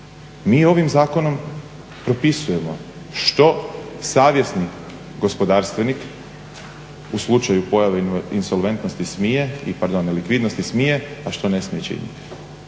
Mi ovim zakonom propisujemo što savjesni gospodarstvenik u slučaju pojave insolventnosti smije, i pardon nelikvidnosti smije, a što ne smije činiti.